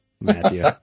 Matthew